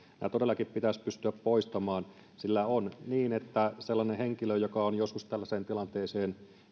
nämä todellakin pitäisi pystyä poistamaan sillä on niin että sellainen henkilö joka on joskus tällaiseen tilanteeseen